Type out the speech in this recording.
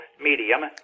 medium